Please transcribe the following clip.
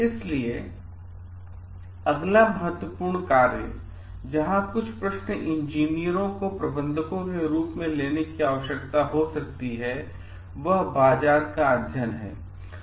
इसलिए अगला महत्वपूर्ण कार्य जहां कुछ प्रश्न इंजीनियरों को प्रबंधकों के रूप में लेने की आवश्यकता हो सकती हैं वह बाजार का अध्ययन है